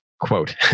Quote